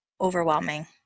overwhelming